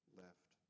left